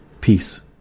Peace